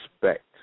respect